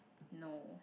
no